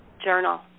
journal